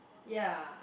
ya